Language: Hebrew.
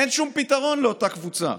אין שום פתרון לאותה קבוצה.